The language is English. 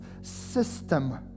system